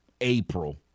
April